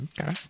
Okay